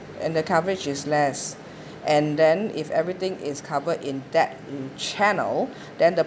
and the coverage is less and then if everything is covered in that in channel then the